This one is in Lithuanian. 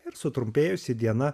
ir sutrumpėjusi diena